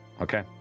Okay